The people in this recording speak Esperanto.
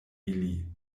ili